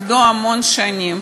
עבדו המון שנים,